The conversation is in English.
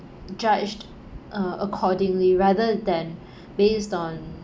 judged uh accordingly rather than based on